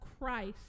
Christ